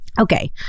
Okay